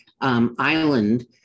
Island